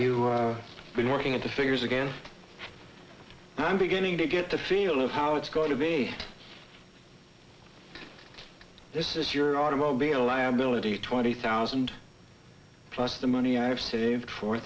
you been working at the figures again i'm beginning to get the feel of how it's going to be this is your automobile liability twenty thousand plus the money i've saved four